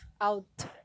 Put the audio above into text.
out